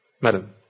Madam